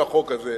של החוק הזה?